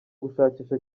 gushakisha